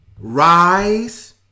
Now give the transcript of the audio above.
rise